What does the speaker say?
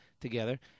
together